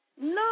No